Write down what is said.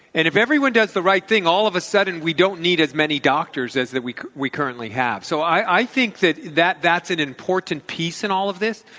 and if everyone does the right thing all of a sudden we don't need as many doctors as we we currently have. so i think that that that's an important piece in all of this.